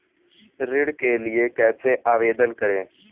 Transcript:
ऋण के लिए कैसे आवेदन करें?